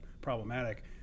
problematic